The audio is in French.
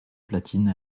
platine